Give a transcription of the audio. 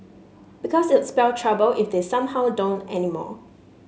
because it'd spell trouble if they somehow don't anymore